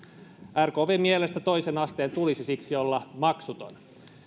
rkpn mielestä toisen asteen tulisi siksi olla maksuton